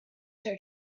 her